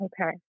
Okay